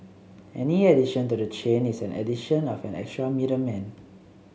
any addition to the chain is an addition of an extra middleman